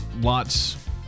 lots